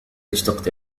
اشتقت